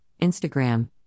Instagram